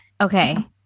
okay